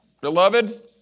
beloved